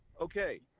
okay